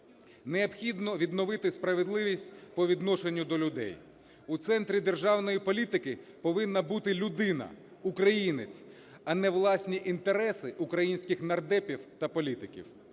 Необхідно відновити справедливість по відношенню до людей. У центрі державної політики повинна бути людина, українець, а не власні інтереси українських нардепів та політиків.